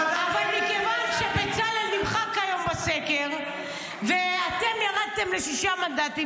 --- ומכיוון שבצלאל נמחק כיום בסקר ואתם ירדתם לשישה מנדטים,